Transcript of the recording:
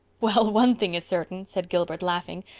well, one thing is certain, said gilbert, laughing,